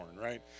right